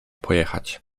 pojechać